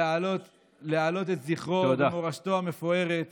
להעלות את זכרו ואת מורשתו המפוארת